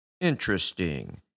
Interesting